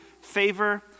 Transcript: favor